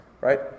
Right